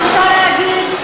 אני רוצה להגיד,